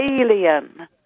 alien